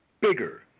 bigger